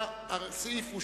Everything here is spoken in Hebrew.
סעיף 31, לשנת 2010, נתקבל.